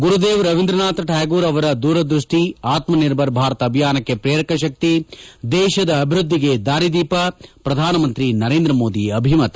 ಗುರುದೇವ್ ರವೀಂದ್ರನಾಥ್ ಟ್ಯಾಗೋರ್ ಅವರ ದೂರದೃಸ್ವಿ ಆತ್ಮಿರ್ಭರ ಭಾರತ್ ಅಭಿಯಾನಕ್ಕೆ ಪ್ರೇರಕ ಶಕ್ತಿ ದೇಶದ ಅಭಿವೃದ್ಧಿಗೆ ದಾರಿದೀಪ ಪ್ರಧಾನಮಂತ್ರಿ ನರೇಂದ್ರಮೋದಿ ಅಭಿಮತ